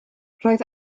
roedd